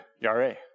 yare